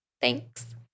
Thanks